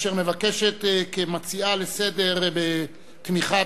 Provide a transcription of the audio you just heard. אשר מבקשת כמציעת ההצעה לסדר-היום בתמיכת